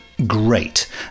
Great